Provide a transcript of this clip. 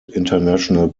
international